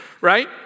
Right